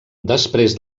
després